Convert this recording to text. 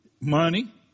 money